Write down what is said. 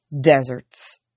Deserts